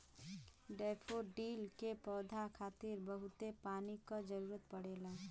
daffodil के पौधा खातिर बहुते पानी क जरुरत पड़ेला